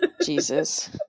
Jesus